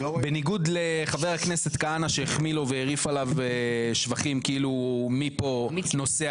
בניגוד לחבר הכנסת כהנא שהחמיא לו והרעיף עליו שבחים כאילו מפה הוא נוסע